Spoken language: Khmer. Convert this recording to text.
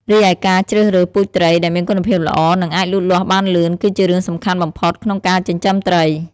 រីឯការជ្រើសរើស ពូជត្រី ដែលមានគុណភាពល្អ និងអាចលូតលាស់បានលឿន គឺជារឿងសំខាន់បំផុតក្នុងការចិញ្ចឹមត្រី។